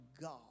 God